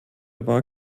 war